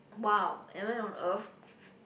!wow! am I on Earth